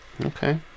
Okay